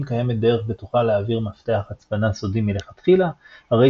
קיימת דרך בטוחה להעביר מפתח הצפנה סודי מלכתחילה הרי